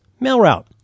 MailRoute